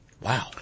Wow